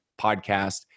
podcast